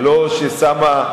ולא ששמה,